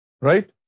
Right